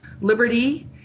liberty